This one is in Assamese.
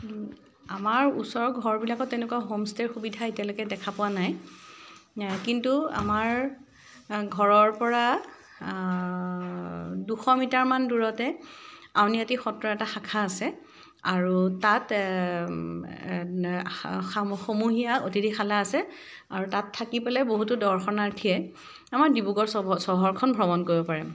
আমাৰ ওচৰৰ ঘৰবিলাকত তেনেকুৱা হ'মষ্টে'ৰ সুবিধা এতিয়ালৈকে দেখা পোৱা নাই কিন্তু আমাৰ ঘৰৰ পৰা দুশ মিটাৰমান দূৰতে আউনিআতি সত্ৰত এটা শাখা আছে আৰু তাত সমূহীয়া অতিথিশালা আছে আৰু তাত থাকি পেলাই বহুতো দৰ্শনাৰ্থীয়ে আমাৰ ডিব্ৰুগড় চ চহৰখন ভ্ৰমণ কৰিব পাৰে